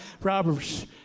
Proverbs